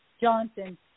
Johnson